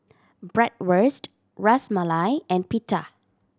Bratwurst Ras Malai and Pita